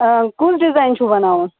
آ کُس ڈِزایِن چھُو بناوُن